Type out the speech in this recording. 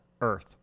earth